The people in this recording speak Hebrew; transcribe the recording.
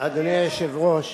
אדוני היושב-ראש,